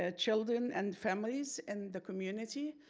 ah children and families in the community.